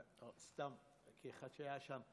סתם, כאחד שהיה שם,